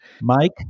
Mike